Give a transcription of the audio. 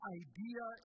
idea